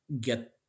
get